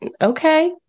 okay